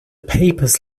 papers